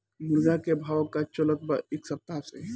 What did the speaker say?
मुर्गा के भाव का चलत बा एक सप्ताह से?